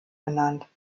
benannt